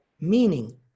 meaning